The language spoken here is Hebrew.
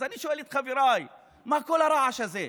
אז אני שואל את חבריי: מה כל הרעש הזה?